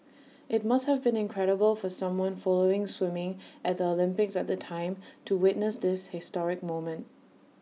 IT must have been incredible for someone following swimming at the Olympics at the time to witness this historic moment